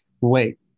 wait